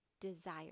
desire